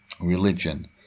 religion